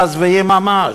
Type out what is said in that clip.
מזוויעים ממש,